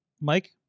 Mike